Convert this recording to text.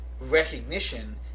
recognition